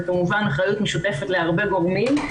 זו כמובן אחריות משותפת להרבה גורמים.